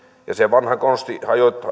se vanha konsti